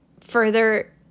further